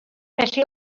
felly